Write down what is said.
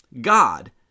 God